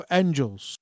angels